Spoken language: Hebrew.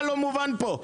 מה לא מובן פה?